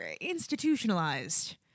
institutionalized